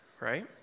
right